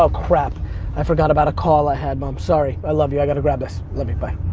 ah crap i forgot about a call i had mom, sorry. i love you. i gotta grab this. love you, bye.